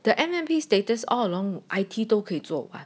the N_M_P status all along I_T 都可以做完